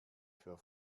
für